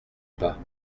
pas